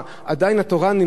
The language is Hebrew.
עדיין התורה נמסרת.